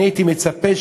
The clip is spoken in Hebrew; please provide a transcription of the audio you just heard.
הייתי מצפה,